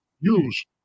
use